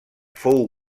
fou